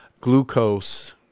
glucose